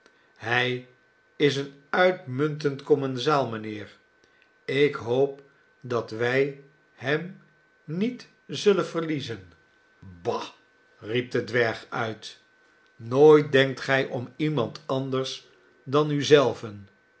hij is een uitmuntend commensaal mijnheer ik hoop dat wij hem niet zullen verliezen ba riep de dwerg uit nooit denkt gij om iemand anders dan u zelven